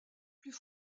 plus